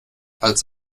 als